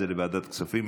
זה לוועדת הכספים,